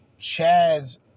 Chads